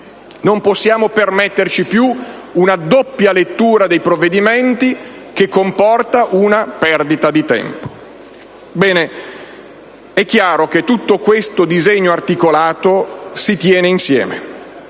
Non possiamo permetterci più una doppia lettura dei provvedimenti che comporti una perdita di tempo. È chiaro che tutto questo disegno articolato si tiene insieme.